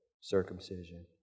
circumcision